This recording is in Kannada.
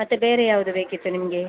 ಮತ್ತೆ ಬೇರೆ ಯಾವುದು ಬೇಕಿತ್ತು ನಿಮಗೆ